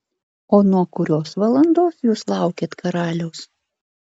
o nuo kurios valandos jūs laukėt karaliaus